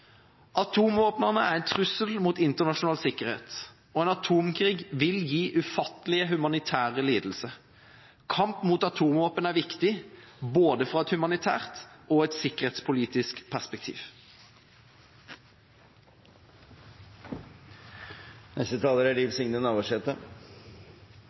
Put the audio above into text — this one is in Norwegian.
Atomvåpnene er en trussel mot internasjonal sikkerhet, og en atomkrig vil gi ufattelige humanitære lidelser. Kamp mot atomvåpen er viktig både fra et humanitært og et sikkerhetspolitisk perspektiv. Ikkjespreiingsavtalen, NPT, er